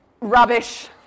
Rubbish